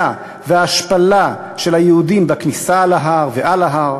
וההשפלה של היהודים בכניסה להר ועל ההר,